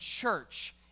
church